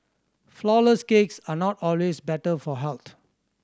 flourless cakes are not always better for health